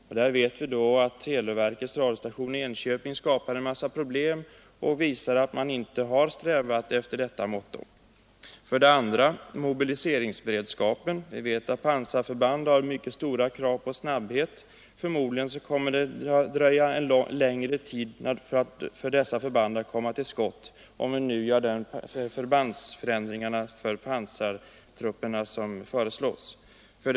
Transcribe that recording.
Därvidlag vet vi att televerkets radiostation i Enköping skapar en mängd problem, något som visar att man inte strävat efter att följa det motto jag här angivit. 2. Hänsyn till mobiliseringsberedskapen. Vi vet att pansarförband har mycket stora krav på snabbhet. Förmodligen kommer det att dröja längre tid för dessa förband att komma till skott, om vi gör de förbandsförändringar för pansartrupperna som föreslås. 3.